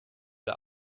der